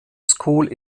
school